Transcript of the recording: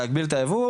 להגביל את הייבוא,